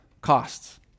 costs